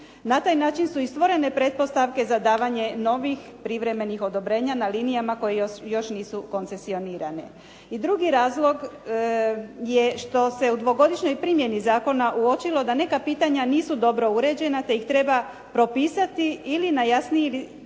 Na taj način su i stvorene pretpostavke za davanje novih privremenih odobrenja na linijama koje još nisu koncesionirane. I drugi razlog je što se u dvogodišnjoj primjeni zakona uočilo da neka pitanja nisu dobro uređena te ih treba propisati ili propisati